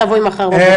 תבואי מחר בבוקר.